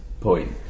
point